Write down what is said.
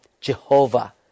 Jehovah